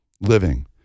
living